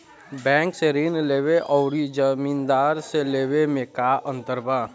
Bank से ऋण लेवे अउर जमींदार से लेवे मे का अंतर बा?